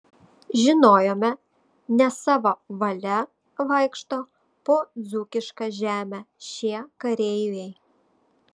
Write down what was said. žinojome ne savo valia vaikšto po dzūkišką žemę šie kareiviai